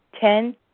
Ten